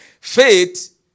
faith